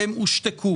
הם הושתקו.